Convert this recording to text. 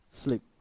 sleep